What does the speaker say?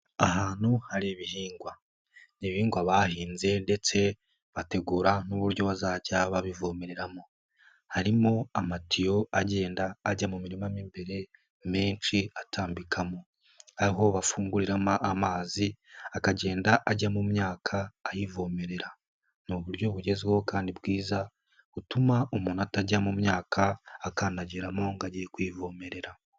Ahantu hari ibihingwa n'ibihingwa bahinze ndetse bategura n'uburyo bazajya babivomereramo, harimo amatiyo agenda ajya mu mirima mo imbere menshi atambikamo, aho bafungurira mo amazi akagenda ajya mu myaka ayivomerera, ni uburyo bugezweho kandi bwiza butuma umuntu atajya mu myaka akandagiramo ngo agiye kuyivomerera.